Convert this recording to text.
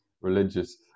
religious